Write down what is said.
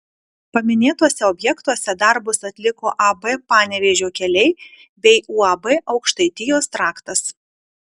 paminėtuose objektuose darbus atliko ab panevėžio keliai bei uab aukštaitijos traktas